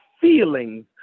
feelings